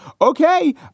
Okay